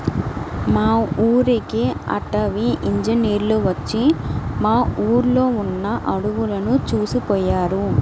మా ఊరికి అటవీ ఇంజినీర్లు వచ్చి మా ఊర్లో ఉన్న అడువులను చూసిపొయ్యారు